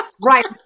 right